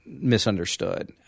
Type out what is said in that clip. misunderstood